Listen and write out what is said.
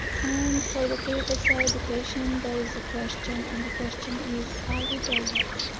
and for the kfssi education, there is a question and the question is, are we there yet?